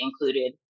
included